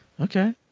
Okay